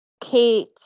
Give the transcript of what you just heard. Kate